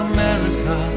America